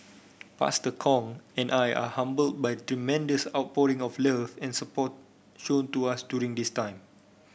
Pastor Kong and I are humbled by the tremendous outpouring of love and support shown to us during this time